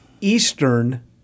eastern